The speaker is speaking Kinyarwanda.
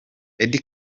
eddy